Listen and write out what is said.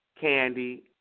Candy